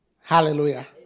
Hallelujah